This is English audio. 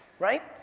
right?